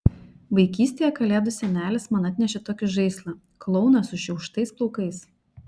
vaikystėje kalėdų senelis man atnešė tokį žaislą klouną sušiauštais plaukais